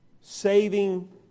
saving